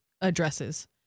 addresses